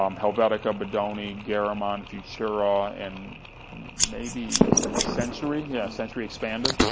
um helvetica, bodoni, garamond, futura, and maybe? century? century, yeah, century expanded.